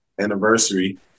anniversary